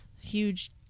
huge